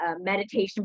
meditation